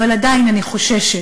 אבל עדיין אני חוששת,